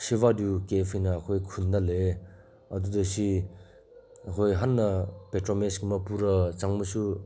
ꯁꯤꯕꯗꯨ ꯀꯦꯞ ꯍꯥꯏꯅ ꯑꯩꯈꯣꯏ ꯈꯨꯟꯗ ꯂꯩꯌꯦ ꯑꯗꯨꯗ ꯁꯤ ꯑꯩꯈꯣꯏ ꯍꯟꯅ ꯄꯦꯇ꯭ꯔꯣꯃꯦꯁꯀꯨꯝꯕ ꯄꯨꯔꯒ ꯆꯪꯕꯁꯨ